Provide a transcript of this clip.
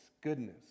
goodness